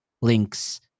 links